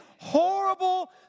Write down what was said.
horrible